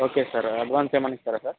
okay sir advance ఏమైనా ఇస్తారా sir